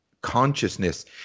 consciousness